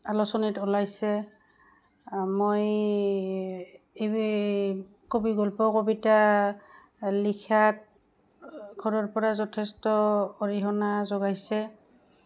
আলোচনীত ওলাইছে মই এই কবি গল্প কবিতা লিখাত ঘৰৰ পৰা যথেষ্ট অৰিহণা যোগাইছে